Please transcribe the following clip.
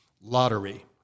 lottery